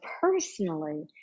personally